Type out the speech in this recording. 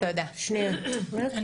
אני